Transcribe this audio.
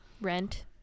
rent